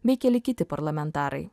bei keli kiti parlamentarai